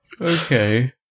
Okay